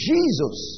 Jesus